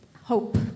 Hope